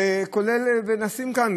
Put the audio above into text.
ונעשים כאן,